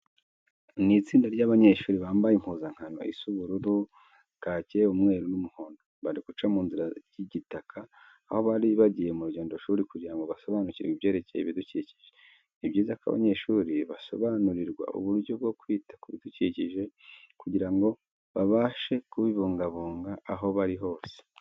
Ni itsinda ry'abanyeshuri bambaye impuzankano is ubururu, kake, umweru n'umuhondo. Bari guca mu nzira y'igitaka, aho bari bagiye mu rugendoshuri kugira ngo basobanurirwe ibyerekeye ibidukikije. Ni byiza ko abanyeshuri basobanurirwa uburyo bwo kwita ku bidukikije kugira ngo babashe kubibungabunga aho bari hose.